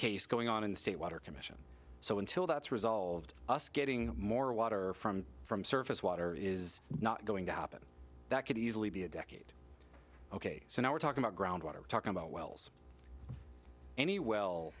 case going on in the state water commission so until that's resolved us getting more water from from surface water is not going to happen that could easily be a decade ok so now we're talking about ground water we're talking about wells any well